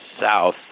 South